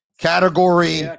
category